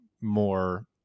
more